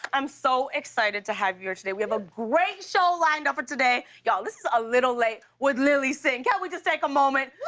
i'm so excited to have you here today. we have a great show lined up for today. y'all, this is a little late with lilly singh. can yeah we just take a moment?